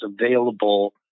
available